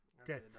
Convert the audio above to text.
Okay